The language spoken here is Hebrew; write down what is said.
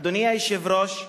אדוני היושב-ראש,